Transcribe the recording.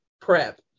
prep